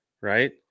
Right